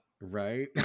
Right